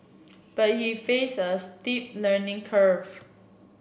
but he faced a steep learning curve